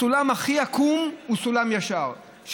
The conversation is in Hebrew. הסולם הכי עקום הוא סולם ישר.